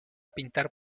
pintar